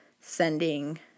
sending